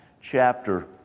chapter